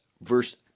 Verse